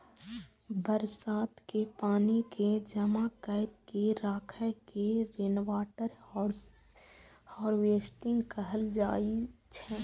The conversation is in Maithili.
बरसात के पानि कें जमा कैर के राखै के रेनवाटर हार्वेस्टिंग कहल जाइ छै